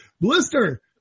Blister